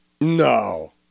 No